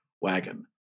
wagon